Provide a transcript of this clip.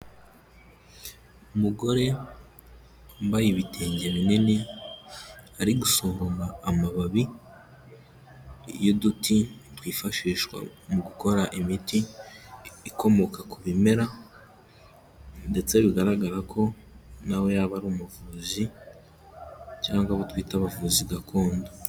Umugore wambaye ibitenge binini, ari gusuroma amababi y'uduti twifashishwa mu gukora imiti ikomoka ku bimera ndetse bigaragara ko nawe yaba ari umuvuzi cyangwa abo twita abavuzi gakondo.